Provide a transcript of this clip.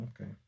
okay